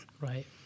Right